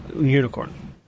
unicorn